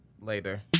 Later